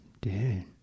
dude